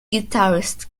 guitarist